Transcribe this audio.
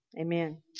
Amen